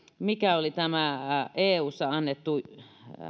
mikä oli tämä eussa annettu